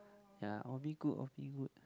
ya all be good all be good